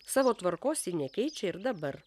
savo tvarkos ji nekeičia ir dabar